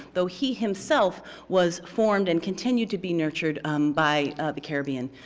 though he himself was formed and continued to be nurtured um by the caribbean,